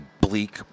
bleak